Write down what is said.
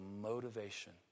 motivation